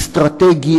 אסטרטגי,